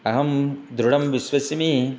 अहं दृढं विश्वसिमि